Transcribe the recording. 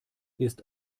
ist